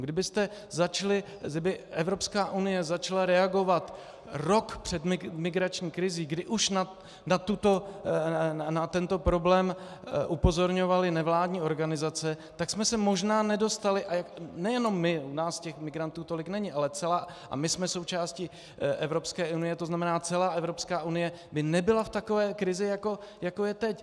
Kdybyste začali, kdyby Evropská unie začala reagovat rok před migrační krizí, kdy už na tento problém upozorňovaly nevládní organizace, tak jsme se možná nedostali, a nejenom my, u nás těch migrantů tolik není, ale my jsme součástí Evropské unie, to znamená celá Evropská unie by nebyla v takové krizi, jako je teď.